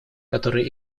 которые